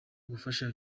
gufasha